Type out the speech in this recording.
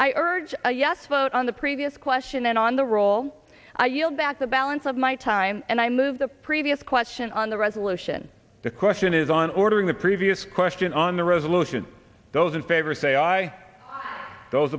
i urge a yes vote on the previous question and on the role i yield back the balance of my time and i move the previous question on the resolution the question is on ordering the previous question on the resolution those in favor say aye those